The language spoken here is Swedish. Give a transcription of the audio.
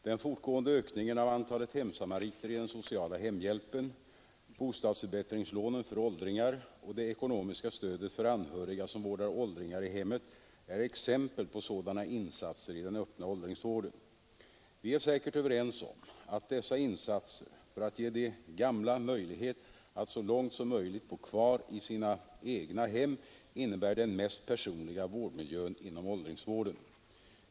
Den fortgående ökningen av antalet hemsamariter i den sociala hemhjälpen, bostadsförbättringslånen för åldringarna och det ekonomiska stödet för anhöriga som vårdar åldringar i hemmet är exempel på sådana insatser i den öppna åldringsvården. Vi är säkert överens om att dessa insatser för att ge de gamla möjlighet att så långt som möjligt bo kvar i sina egna hem innebär den mest personliga vårdmiljön inom åldringsvården.